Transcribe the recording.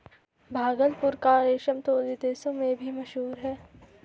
भागलपुर का रेशम तो विदेशों में भी मशहूर है